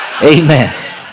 Amen